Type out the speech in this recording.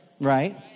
Right